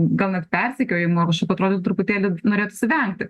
gal net persekiojimo kažkaip atrodo truputėlį norėtusi vengti